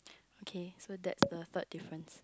okay so that's the third difference